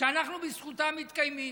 שאנחנו בזכותם מתקיימים.